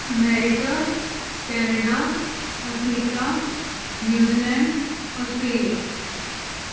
America Canada Africa New Zealand Australia